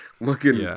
looking